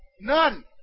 None